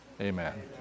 amen